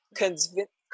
convince